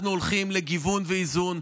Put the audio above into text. אנחנו הולכים לגיוון ואיזון,